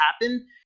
happen